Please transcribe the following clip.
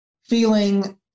feeling